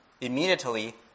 Immediately